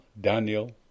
Daniel